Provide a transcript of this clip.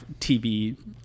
TV